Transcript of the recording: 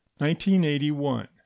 1981